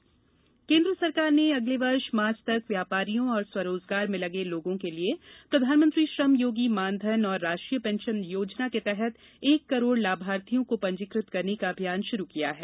pension योजना केन्द्र सरकार ने अगले वर्ष मार्च तक व्यापारियों और स्वरोजगार में लगे लोगों के लिए प्रधानमंत्री श्रमयोगी मानधन और राष्ट्रीय पेंशन योजना के तहत एक करोड लाभार्थियों को पंजीकृत करने का अभियान शुरू किया है